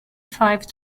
five